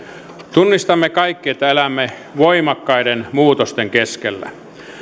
tunnistamme kaikki että elämme voimakkaiden muutosten keskellä